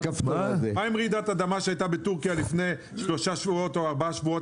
מה עם רעידת אדמה שהייתה בטורקיה לפני שלושה-ארבעה שבועות,